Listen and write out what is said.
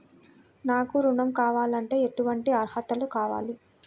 నాకు ఋణం కావాలంటే ఏటువంటి అర్హతలు కావాలి?